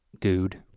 dude.